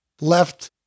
left